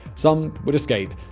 some would escape.